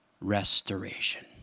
restoration